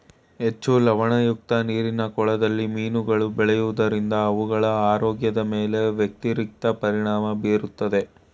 ಹೆಚ್ಚು ಲವಣಯುಕ್ತ ನೀರಿನ ಕೊಳದಲ್ಲಿ ಮೀನುಗಳು ಬೆಳೆಯೋದರಿಂದ ಅವುಗಳ ಆರೋಗ್ಯದ ಮೇಲೆ ವ್ಯತಿರಿಕ್ತ ಪರಿಣಾಮ ಬೀರುತ್ತದೆ